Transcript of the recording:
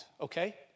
okay